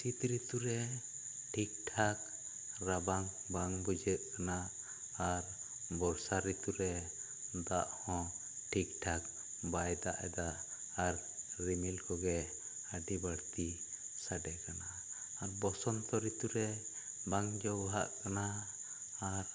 ᱥᱤᱛ ᱨᱤᱛᱩ ᱨᱮ ᱴᱷᱤᱠ ᱴᱷᱟᱠ ᱨᱟᱵᱟᱝ ᱵᱟᱝ ᱵᱩᱡᱷᱟᱹᱜ ᱠᱟᱱᱟ ᱟᱨ ᱵᱚᱨᱥᱟ ᱨᱤᱛᱩ ᱨᱮ ᱫᱟᱜ ᱦᱚᱸ ᱴᱷᱤᱠ ᱴᱷᱟᱠ ᱵᱟᱭ ᱫᱟᱜ ᱮᱫᱟ ᱟᱨ ᱨᱤᱢᱤᱞ ᱠᱚᱜᱮ ᱟᱹᱰᱤ ᱵᱟᱹᱲᱛᱤ ᱥᱟᱰᱮ ᱠᱟᱱᱟ ᱟᱨ ᱵᱚᱥᱚᱱᱛᱚ ᱨᱤᱛᱩ ᱨᱮ ᱵᱟᱝ ᱡᱚ ᱵᱟᱦᱟᱜ ᱠᱟᱱᱟ ᱟᱨ